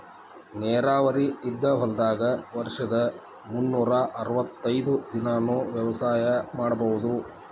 ನೇರಾವರಿ ಇದ್ದ ಹೊಲದಾಗ ವರ್ಷದ ಮುನ್ನೂರಾ ಅರ್ವತೈದ್ ದಿನಾನೂ ವ್ಯವಸಾಯ ಮಾಡ್ಬಹುದು